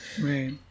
Right